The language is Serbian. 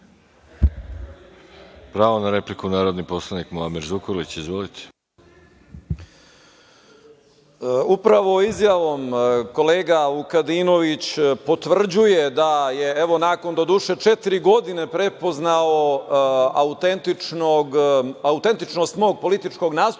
Pravo na repliku, narodni poslanik Muamer Zukorlić. Izvolite. **Muamer Zukorlić** Upravo izjavom kolega Vukadinović potvrđuje da je, evo, nakon doduše četiri godine, prepoznao autentičnost mog političkog nastupa